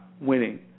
winning